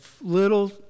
little